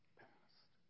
past